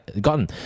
gotten